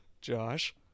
josh